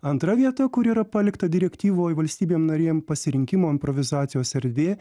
antra vieta kur yra palikta direktyvoj valstybėm narėm pasirinkimų improvizacijos erdvė